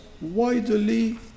widely